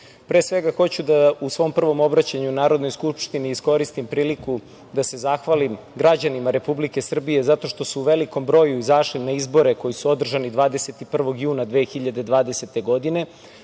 pre svega, hoću u svom prvom obraćanju Narodnoj skupštini da iskoristim priliku da se zahvalim građanima Republike Srbije zato što su u velikom broju izašli na izbore koji su održani 21. juna 2020. godine,